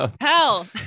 hell